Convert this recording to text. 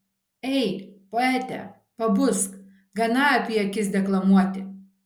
ei poete pabusk gana apie akis deklamuoti